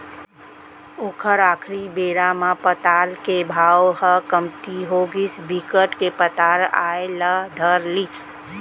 ओखर आखरी बेरा म पताल के भाव ह कमती होगिस बिकट के पताल आए ल धर लिस